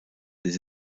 des